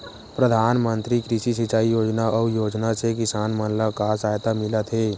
प्रधान मंतरी कृषि सिंचाई योजना अउ योजना से किसान मन ला का सहायता मिलत हे?